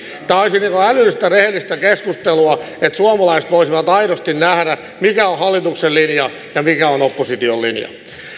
tämä olisi älyllistä rehellistä keskustelua että suomalaiset voisivat aidosti nähdä mikä on hallituksen linja ja mikä on opposition linja